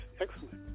excellent